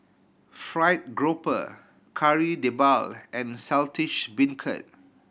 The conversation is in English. fried grouper Kari Debal and Saltish Beancurd